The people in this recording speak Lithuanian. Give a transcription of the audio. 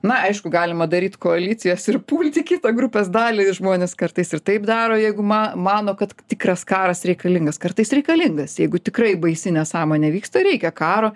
na aišku galima daryt koalicijas ir pulti kitą grupės dalį žmuonės kartais ir taip daro jeigu ma mano kad tikras karas reikalingas kartais reikalingas jeigu tikrai baisi nesąmonė vyksta reikia karo